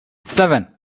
seven